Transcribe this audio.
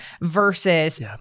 versus